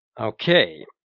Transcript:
Okay